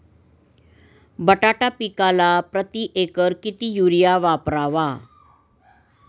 बटाटा पिकाला प्रती एकर किती युरिया वापरावा?